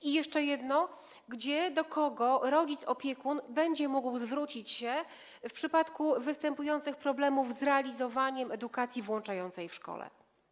I jeszcze jedno: Gdzie, do kogo rodzic, opiekun będzie mógł zwrócić się w przypadku wystąpienia problemów z realizowaniem edukacji włączającej w szkole?